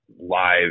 live